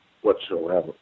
whatsoever